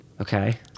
okay